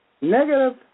Negative